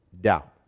doubt